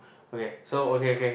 okay so okay okay